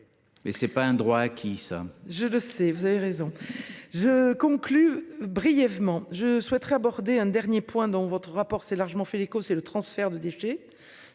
Et c'est pas un droit acquis. Ça je le sais, vous avez raison. Je conclus brièvement je souhaiterais aborder un dernier point dans votre rapport, s'est largement fait l'écho, c'est le transfert de déchets,